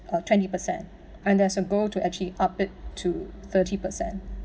per twenty percent and there's a goal to actually up it to thirty percent